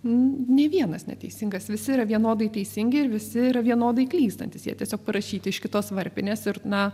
nei vienas neteisingas visi yra vienodai teisingi ir visi yra vienodai klystantys jie tiesiog parašyti iš kitos varpinės ir na